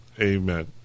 amen